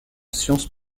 sciences